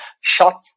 shot